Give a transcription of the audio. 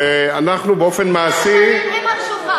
ואנחנו באופן מעשי, ההפגנות של התושבים הן התשובה.